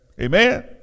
Amen